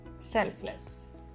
Selfless